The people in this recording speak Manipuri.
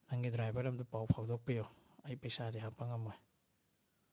ꯅꯪꯒꯤ ꯗ꯭ꯔꯥꯏꯚꯔꯗ ꯑꯃꯇ ꯄꯥꯎ ꯐꯥꯎꯗꯣꯛꯄꯤꯌꯣ ꯑꯩ ꯄꯩꯁꯥꯗꯤ ꯍꯥꯞꯄ ꯉꯝꯃꯣꯏ